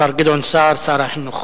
השר גדעון סער, שר החינוך,